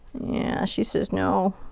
yeah, she says no.